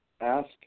ask